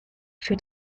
für